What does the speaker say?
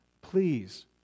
please